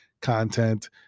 content